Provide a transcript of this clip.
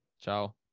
Ciao